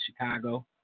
Chicago